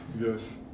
Yes